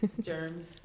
Germs